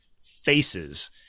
Faces